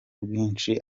rwinshi